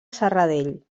serradell